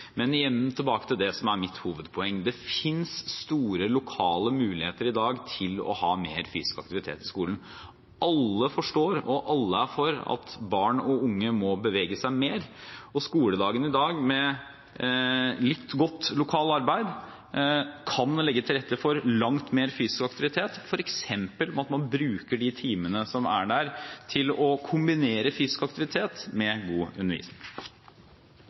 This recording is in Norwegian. Men tilbake til det som er mitt hovedpoeng: Det finnes store lokale muligheter i dag til å ha mer fysisk aktivitet i skolen. Alle forstår og alle er for at barn og unge må bevege seg mer, og skoledagen i dag kan, med litt godt lokalt arbeid, legge til rette for langt mer fysisk aktivitet, f.eks. ved at man bruker de timene som er, til å kombinere fysisk aktivitet med god undervisning.